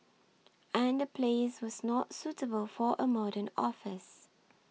and the place was not suitable for a modern office